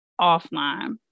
offline